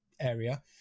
area